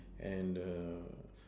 and err